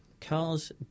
cars